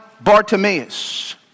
Bartimaeus